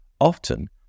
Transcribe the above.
Often